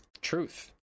Truth